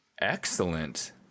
Excellent